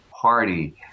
party